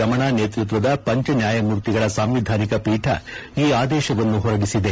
ರಮಣ ನೇತೃತ್ವದ ಪಂಚನ್ಯಾಯಮೂರ್ತಿಗಳ ಸಾಂವಿಧಾನಿಕ ಪೀಠ ಈ ಆದೇಶವನ್ನು ಹೊರಡಿಸಿದೆ